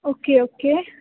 okay okay